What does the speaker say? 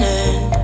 end